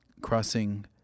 crossing